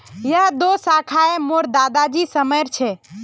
यह दो शाखए मोर दादा जी समयर छे